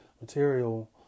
material